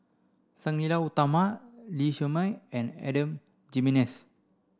Sang Nila Utama Lee Shermay and Adan Jimenez